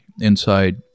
inside